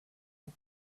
ans